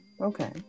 okay